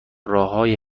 راههایی